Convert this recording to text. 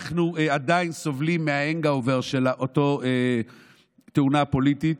אנחנו עדיין סובלים מההנגאובר של אותה תאונה פוליטית.